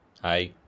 Hi